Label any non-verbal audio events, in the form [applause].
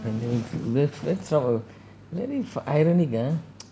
and the th~ that's sort of very ironic ah [noise]